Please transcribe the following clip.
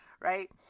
right